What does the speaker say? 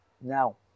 Now